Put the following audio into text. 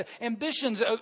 Ambitions